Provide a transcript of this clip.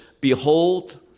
behold